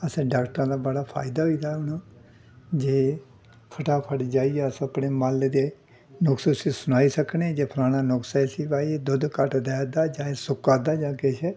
असें डाक्टरा दा बड़ा फायदा होई दा हून जे फटाफट जाइयै अस अपने माल्लै दे नुक्स उस्सी सनाई सकनें जे फलाना नुक्स ऐ इस्सी भाई दुद्ध घट्ट देआ दा जां एह् सुक्का दा जां किश ऐ